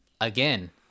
again